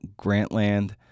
Grantland